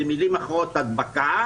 במילים אחרות "הדבקה"